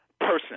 person